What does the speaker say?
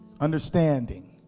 understanding